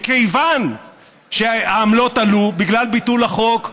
מכיוון שהעמלות עלו בגלל ביטול החוק,